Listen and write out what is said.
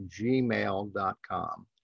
gmail.com